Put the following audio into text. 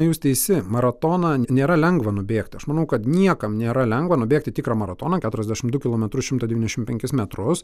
jūs teisi maratoną nėra lengva nubėgti aš manau kad niekam nėra lengva nubėgti tikrą maratoną keturiasdešim du kilometrus šimtą devyndešim penkis metrus